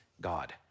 God